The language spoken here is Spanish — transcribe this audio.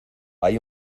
hay